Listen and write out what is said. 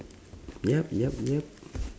yup yup yup